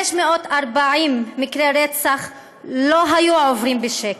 540 מקרי רצח לא היו עוברים בשקט,